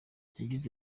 yagize